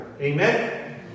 Amen